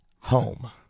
home